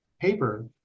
Paper